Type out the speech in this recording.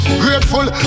grateful